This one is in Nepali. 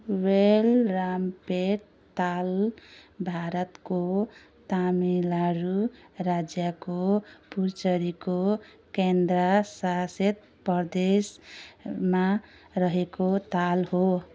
वेलरामपेट ताल भारतको तमिलनाडू राज्यको पुडुचेरीको केन्द्र शासित प्रदेशमा रहेको ताल हो